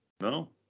no